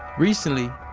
recently,